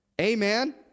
Amen